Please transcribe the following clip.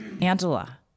Angela